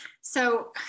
so-